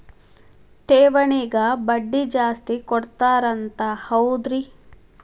ಠೇವಣಿಗ ಬಡ್ಡಿ ಜಾಸ್ತಿ ಕೊಡ್ತಾರಂತ ಹೌದ್ರಿ?